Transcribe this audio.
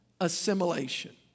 assimilation